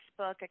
Facebook